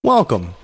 Welcome